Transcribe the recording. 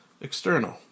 External